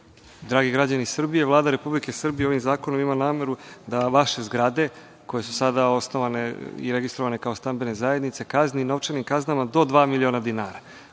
Dragi građani Srbije, Vlada Republike Srbije ovim zakonom ima nameru da vaše zgrade, koje su sada osnovane i registrovane kao stambene zajednice, kazni novčanim kaznama do dva miliona dinara. Ko